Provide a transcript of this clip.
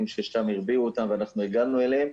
ששם הרביעו אותם ואנחנו הגענו אליהם,